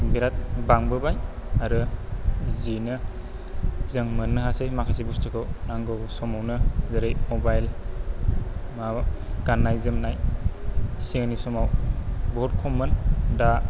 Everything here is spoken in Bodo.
बिराथ बांबोबाय आरो जिनो जों मोननो हासै माखासे बुस्तुखौ नांगौ समावनो जेरै मबाइल माबा गाननाय जोमनाय सिगांनि समाव बुहुत खममोन दा